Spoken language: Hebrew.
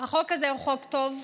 החוק הזה הוא חוק טוב.